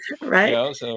Right